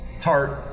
tart